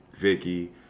Vicky